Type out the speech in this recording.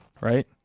right